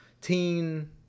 teen